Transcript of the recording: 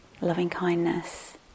loving-kindness